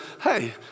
hey